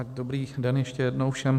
Dobrý den ještě jednou všem.